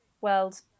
world